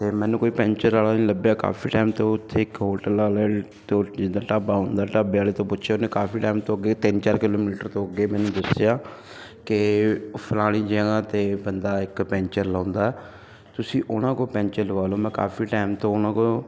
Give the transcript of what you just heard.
ਅਤੇ ਮੈਨੂੰ ਕੋਈ ਪੈਂਚਰ ਵਾਲਾ ਨਹੀਂ ਲੱਭਿਆ ਕਾਫੀ ਟਾਈਮ 'ਤੇ ਉੱਥੇ ਇੱਕ ਹੋਟਲ ਵਾਲਾ ਤ ਜਿੱਦਾਂ ਢਾਬਾ ਹੁੰਦਾ ਢਾਬੇ ਵਾਲੇ ਤੋਂ ਪੁੱਛਿਆ ਉਹਨੇ ਕਾਫੀ ਟਾਈਮ ਤੋਂ ਅੱਗੇ ਤਿੰਨ ਚਾਰ ਕਿਲੋਮੀਟਰ ਤੋਂ ਅੱਗੇ ਮੈਨੂੰ ਦੱਸਿਆ ਕਿ ਫਲਾਣੀ ਜਗ੍ਹਾ 'ਤੇ ਬੰਦਾ ਇੱਕ ਪੈਂਚਰ ਲਾਉਂਦਾ ਤੁਸੀਂ ਉਹਨਾਂ ਕੋਲ ਪੈਂਚਰ ਲਵਾ ਲਓ ਮੈਂ ਕਾਫੀ ਟਾਈਮ ਤੋਂ ਉਹਨਾਂ ਕੋਲੋਂ